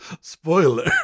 Spoiler